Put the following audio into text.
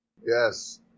Yes